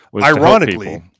Ironically